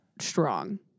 strong